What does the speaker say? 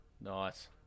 Nice